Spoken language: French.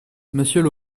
monsieur